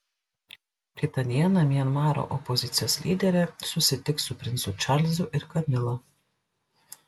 kitą dieną mianmaro opozicijos lyderė susitiks su princu čarlzu ir kamila